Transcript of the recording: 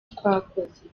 twakoze